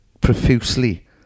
profusely